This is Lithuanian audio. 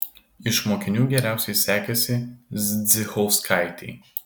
iš mokinių geriausiai sekėsi zdzichauskaitei